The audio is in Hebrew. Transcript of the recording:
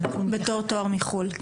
בתור תואר מחו"ל.